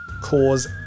cause